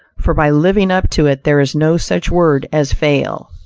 for by living up to it there is no such word as fail.